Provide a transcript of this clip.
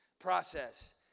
process